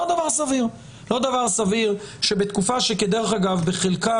לא דבר סביר שבתקופה שכדרך אגב בחלקה